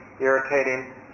irritating